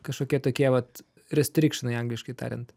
kažkokie tokie vat restrikšinai angliškai tariant